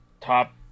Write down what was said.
top